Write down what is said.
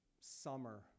summer